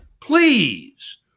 Please